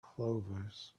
clovers